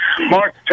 Mark